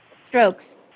strokes